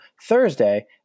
Thursday